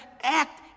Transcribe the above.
act